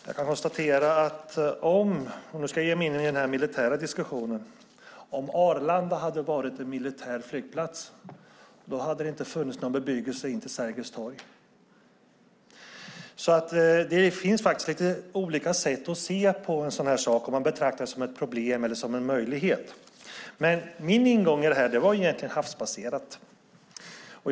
Fru talman! Nu ska jag ge mig in i den militära diskussionen. Om Arlanda hade varit en militär flygplats hade det varit obebyggt ända in till Sergels torg. Det finns olika sätt att se på en sådan här sak beroende på om man betraktar det som ett problem eller en möjlighet. Min ingång i detta var det havsbaserade.